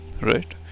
Right